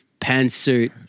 pantsuit